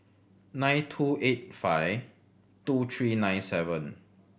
nine two eight five two three nine seven